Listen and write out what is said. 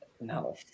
No